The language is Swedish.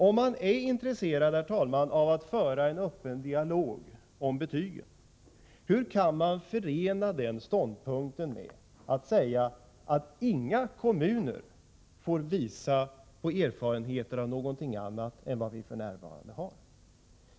Om man är intresserad av att föra en öppen dialog om betygssystemet, hur kan man förena den ståndpunkten med att säga att inga kommuner får visa upp erfarenheter av någonting annat än det vi f.n. har?